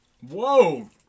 Whoa